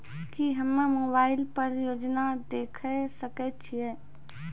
की हम्मे मोबाइल पर योजना देखय सकय छियै?